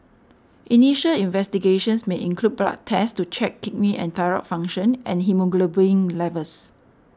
initial investigations may include blood tests to check kidney and thyroid function and haemoglobin levels